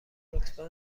لطفا